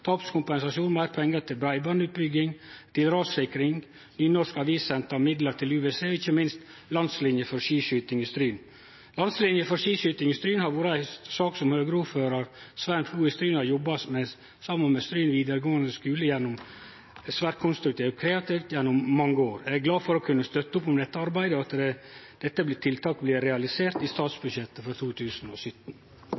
tapskompensasjon, meir pengar til breibandutbygging, rassikring, nynorsk avissenter, midlar til UWC og ikkje minst til landslinje for skiskyting i Stryn. Landslinje for skiskyting i Stryn har vore ei sak som Høgre-ordførar Sven Flo i Stryn, saman med Stryn vidaregåande skule, har jobba med på ein svært konstruktiv og kreativ måte gjennom mange år. Eg er glad for å kunne støtte opp om dette arbeidet og for at dette tiltaket blir realisert i